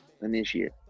initiate